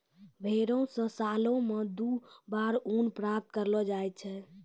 भेड़ो से सालो मे दु बार ऊन प्राप्त करलो जाय छै